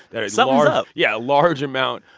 and so um up yeah, a large amount,